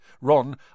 Ron